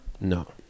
No